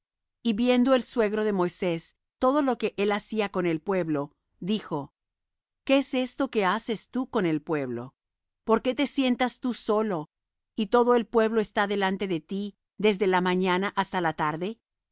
y viendo el suegro de moisés todo lo que él hacía con el pueblo dijo qué es esto que haces tú con el pueblo por qué te sientas tú solo y todo el pueblo está delante de ti desde la mañana hasta la tarde